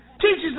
teaches